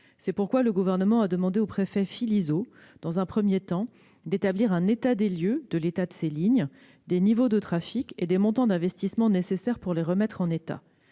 C'est pourquoi le Gouvernement a demandé au préfet François Philizot d'établir, dans un premier temps, un état des lieux de l'état de ces lignes, des niveaux de trafic et des montants d'investissements nécessaires pour les remettre en état.